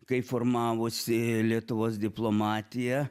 kai formavosi lietuvos diplomatija